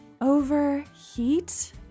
Overheat